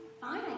fine